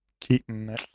Keaton